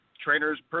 Trainers